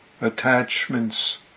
attachments